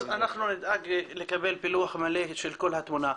אז אנחנו נדאג לקבל פילוח מלא של כל התמונה.